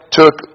took